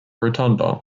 rotunda